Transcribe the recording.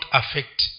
affect